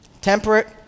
temperate